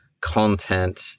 content